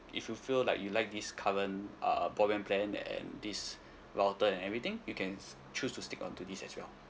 if you feel like you like this current uh broadband plan and this router and everything you can just choose to stick on to this as well